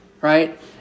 right